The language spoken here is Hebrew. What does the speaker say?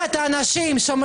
לחברי